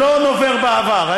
אני לא נובר בעבר.